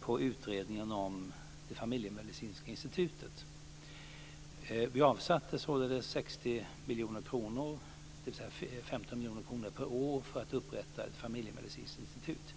på utredningen om det familjemedicinska institutet. Vi har avsatt 15 miljoner kronor per år, sammanlagt 60 miljoner kronor, för inrättande av ett familjemedicinskt beslut.